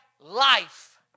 life